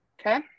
Okay